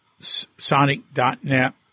sonic.net